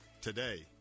today